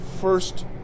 first